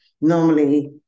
normally